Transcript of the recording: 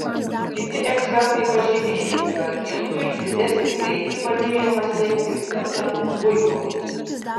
kiti ekspertai pažymėjo kad indui didesnį greitį padėjo pasiekti būtent buivolai